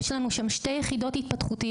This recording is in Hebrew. יש לנו שם שתי יחידות התפתחותיות,